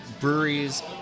breweries